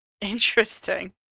Interesting